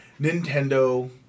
Nintendo